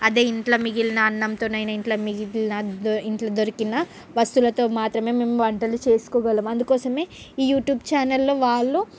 అదే ఇంట్లో మిగిలిన అన్నంతోనైన ఇంట్లో దొరికిన వస్తువులతో మాత్రమే మేం వంటలు చేసుకోగలం అందుకోసమే ఈ యూట్యూబ్ ఛానల్లో వాళ్లు